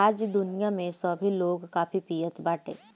आज दुनिया में सभे लोग काफी पियत बाटे